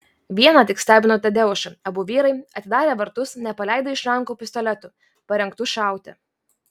viena tik stebino tadeušą abu vyrai atidarę vartus nepaleido iš rankų pistoletų parengtų šauti